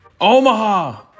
Omaha